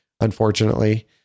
unfortunately